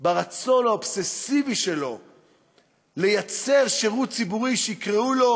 ברצון האובססיבי שלו לייצר שירות ציבורי שיקראו לו